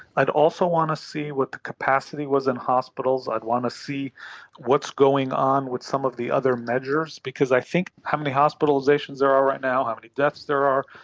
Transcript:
i'd also want to see what the capacity was in hospitals, i'd want to see what's going on with some of the other measures, because i think how many hospitalisations there are right now, how many deaths there are,